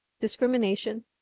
discrimination